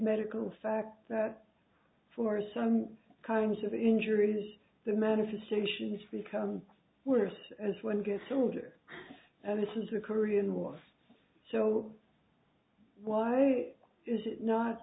medical fact that for some kinds of injury is the manifestations become worse as one gets older and this is a korean war so why is it not